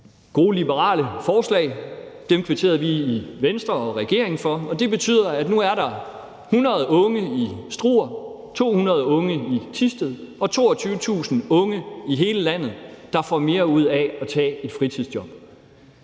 gode liberale forslag. Dem kvitterede vi i Venstre og regeringen for, og det betyder, at nu er der 100 unge i Struer, 200 unge i Thisted og 22.000 unge i hele landet, der får mere ud af at tage et fritidsjob,